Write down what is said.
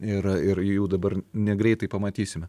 ir ir jų dabar negreitai pamatysime